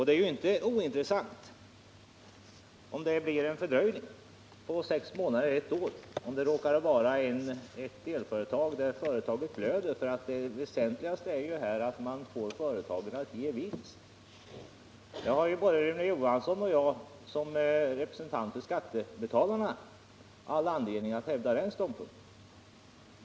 Det är inte ointressant om det blir en fördröjning på sex månader eller på ett år om det råkar vara ett delföretag som blöder. Det väsentliga är ju att man får företaget att ge vinst. Som representanter för skattebetalarna har både Rune Johansson och jag allanledning att hävda den ståndpunkten.